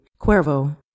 Cuervo